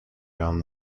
down